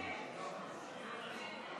מענק חד-פעמי)